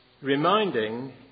reminding